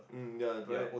ya correct